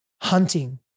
hunting